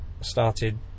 started